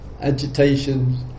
agitations